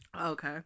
Okay